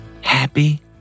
Happy